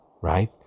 right